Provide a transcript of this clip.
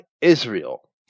Israel